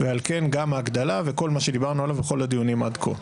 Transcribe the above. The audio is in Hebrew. ועל כן גם ההגדלה וכל מה שדיברנו עליו בכל הדיונים עד כה.